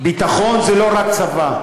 ביטחון זה לא רק צבא.